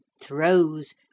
throws